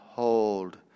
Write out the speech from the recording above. hold